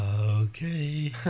Okay